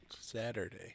Saturday